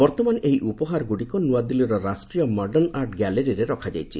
ବର୍ତ୍ତମାନ ଏହି ଉପହାରଗୁଡ଼ିକ ନ୍ତଆଦିଲ୍ଲୀର ରାଷ୍ଟ୍ରୀୟ ମଡର୍ଷ୍ଣଆର୍ଟ୍ ଗ୍ୟାଲେରିରେ ରଖାଯାଇଛି